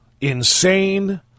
insane